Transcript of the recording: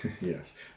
yes